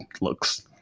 looks